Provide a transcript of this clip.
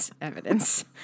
evidence